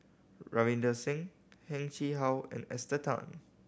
Ravinder Singh Heng Chee How and Esther Tan